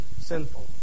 sinful